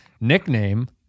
nickname